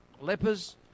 lepers